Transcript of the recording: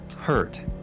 Hurt